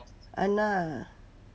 !hanna!